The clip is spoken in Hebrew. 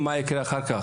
מה יקרה אחר כך,